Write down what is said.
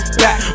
back